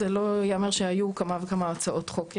ייאמר שהיו כמה וכמה הצעות חוק בנושא.